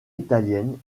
italienne